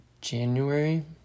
January